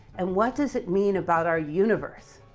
and what does it mean about our universe?